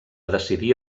decidir